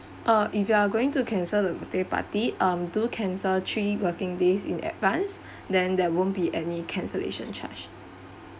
uh if you are going to cancel the birthday party um do cancel three working days in advance then there won't be any cancellation charge